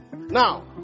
Now